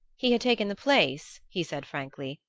he had taken the place, he said frankly,